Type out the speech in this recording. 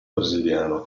brasiliano